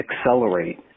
accelerate